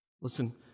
Listen